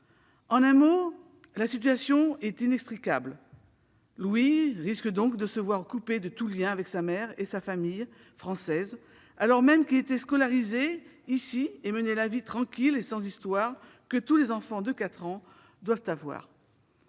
En un mot, la situation est inextricable. Louis risque donc de se voir coupé de tout lien avec sa mère et sa famille française, alors même qu'il était scolarisé en France et menait une vie tranquille et sans histoire, que tous les enfants de 4 ans devraient avoir.